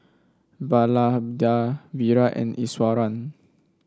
Vallabhbhai Virat and Iswaran